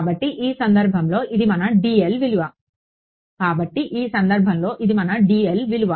కాబట్టి ఈ సందర్భంలో ఇది మన dl విలువ